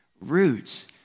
roots